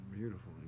beautiful